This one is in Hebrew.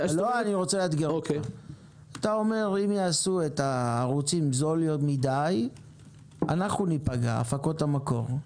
אתה אומר: אם יעשו את הערוצים במחיר זול מדי אנחנו בהפקות המקור ניפגע.